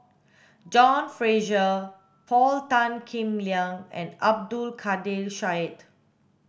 John Fraser Paul Tan Kim Liang and Abdul Kadir Syed